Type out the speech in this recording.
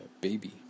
baby